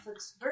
Netflix